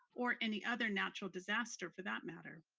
or any other natural disaster, for that matter.